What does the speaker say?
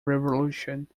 revolution